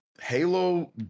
Halo